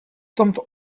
tomto